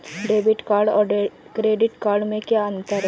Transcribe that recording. Debit card और credit card में क्या अंतर है?